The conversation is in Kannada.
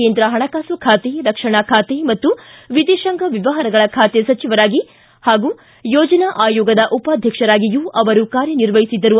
ಕೇಂದ್ರ ಹಣಕಾಸು ಖಾತೆ ರಕ್ಷಣಾ ಖಾತೆ ಮತ್ತು ವಿದೇಶಾಂಗ ವ್ಯವಹಾರಗಳ ಖಾತೆ ಸಚಿವರಾಗಿ ಹಾಗೂ ಯೋಜನಾ ಆಯೋಗದ ಉಪಾಧ್ಯಕ್ಷರಾಗಿಯೂ ಅವರು ಕಾರ್ಯ ನಿರ್ವಹಿಸಿದ್ದರು